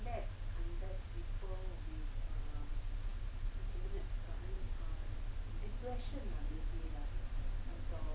that version